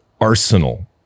arsenal